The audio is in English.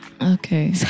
okay